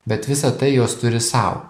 bet visa tai jos turi sau